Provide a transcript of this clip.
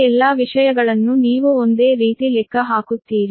ಈ ಎಲ್ಲಾ ವಿಷಯಗಳನ್ನು ನೀವು ಒಂದೇ ರೀತಿ ಲೆಕ್ಕ ಹಾಕುತ್ತೀರಿ